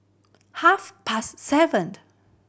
half past seven